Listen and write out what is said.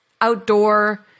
outdoor